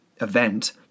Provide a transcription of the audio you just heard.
event